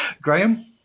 Graham